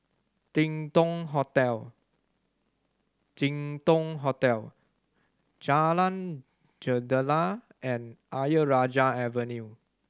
Jin Dong Hotel Jin Dong Hotel Jalan Jendela and Ayer Rajah Avenue